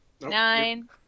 nine